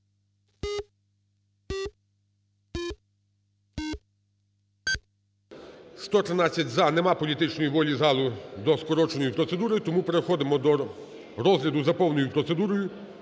За-113 Немає політичної волі залу до скороченої процедури, тому переходимо до розгляду за повною процедурою